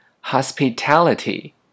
Hospitality